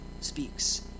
speaks